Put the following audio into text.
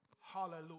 Hallelujah